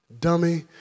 dummy